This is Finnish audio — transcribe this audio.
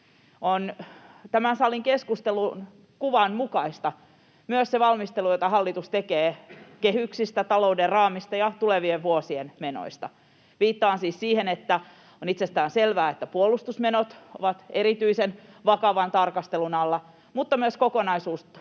On tämän salin keskustelun kuvan mukaista myös se valmistelu, jota hallitus tekee kehyksistä, talouden raamista ja tulevien vuosien menoista — viittaan siis siihen, että on itsestään selvää, että puolustusmenot ovat erityisen vakavan tarkastelun alla, mutta niin on